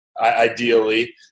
ideally